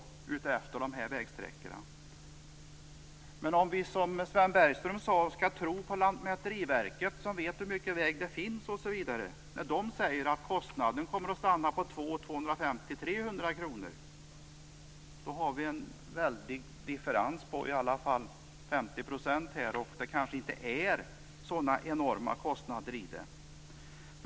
Men om vi - som Sven Bergström sade - skall tro på Lantmäteriverket kommer kostnaden att stanna på 200-300 kr per fastighet. Differensen blir då i alla fall 50 %, och kostnaderna kanske inte blir så enorma.